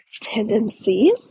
Tendencies